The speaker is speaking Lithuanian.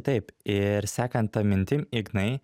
taip ir sekant ta mintim ignai